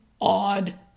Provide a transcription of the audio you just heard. odd